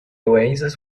oasis